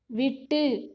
விட்டு